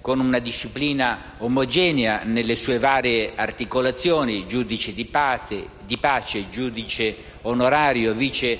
con una disciplina omogenea nelle sue varie articolazioni (giudice di pace, giudice onorario, vice